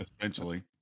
essentially